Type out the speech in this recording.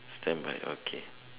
standby okay